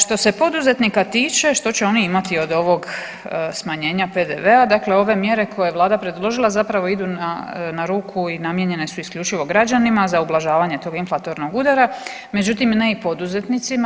Što se poduzetnika tiče što će oni imati od ovog smanjenja PDV-a, dakle ove mjere koje je Vlada predložila zapravo idu na ruku i namijenjene su isključivo građanima za ublažavanje to inflatornog udara, međutim ne i poduzetnicima.